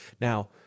Now